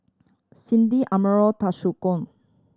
Cindy Amarion Toshiko